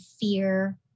fear